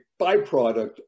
byproduct